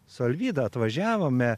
su alvyda atvažiavome